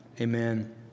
Amen